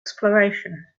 exploration